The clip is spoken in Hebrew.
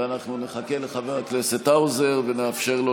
אנחנו נחכה לחבר הכנסת האוזר ונאפשר לו